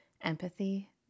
empathy